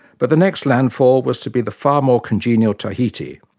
but the next landfall was to be the far more congenial tahiti.